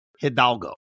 Hidalgo